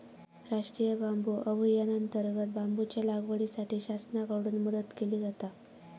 राष्टीय बांबू अभियानांतर्गत बांबूच्या लागवडीसाठी शासनाकडून मदत केली जाता